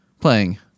playing